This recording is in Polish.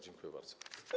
Dziękuję bardzo.